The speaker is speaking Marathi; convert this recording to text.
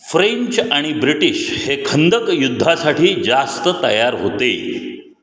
फ्रेंच आणि ब्रिटिश हे खंदक युद्धासाठी जास्त तयार होते